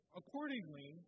Accordingly